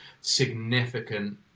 significant